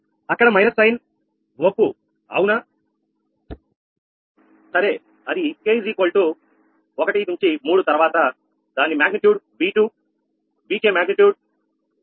అక్కడ minus sign అవునా సరే అది k 1 to 3 తర్వాత దాని magnitude V2 Vk magnitude Y2ksin𝜃2𝑘𝑘−𝛿2𝛿𝑘𝑘